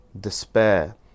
despair